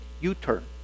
U-turn